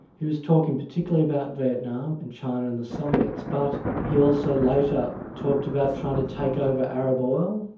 he was talking particularly about vietnam and china and the soviets, but he also later talked about trying to take over arab oil,